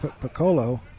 Piccolo